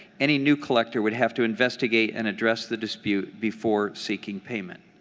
any new collector would have to investigate and address the dispute before seeking payment.